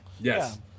Yes